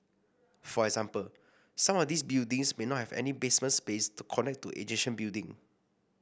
for example some of these buildings may not have any basement space to connect to adjacent building